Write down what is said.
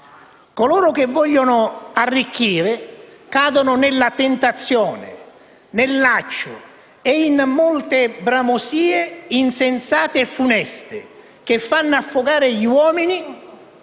«Coloro che vogliono arricchire, cadono nella tentazione, nel laccio e in molte bramosie insensate e funeste, che fanno affogare gli uomini